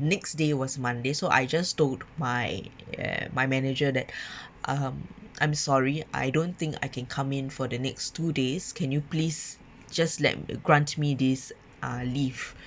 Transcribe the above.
next day was monday so I just told my uh my manager that um I'm sorry I don't think I can come in for the next two days can you please just let grant me this uh leave